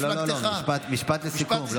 לא, לא, משפט לסיכום.